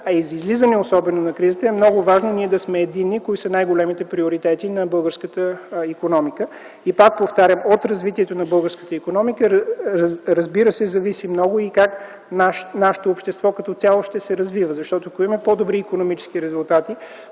за излизане особено от кризата, е много важно ние да сме единни по това кои са най-големите приоритети на българската икономика. И пак повтарям, че от развитието на българската икономика разбира се зависи много и как нашето общество като цяло ще се развива, защото ако има по-добри икономически резултати,